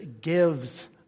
gives